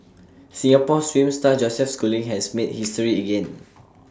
Singapore swim star Joseph schooling has made history again